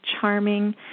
charming